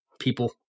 people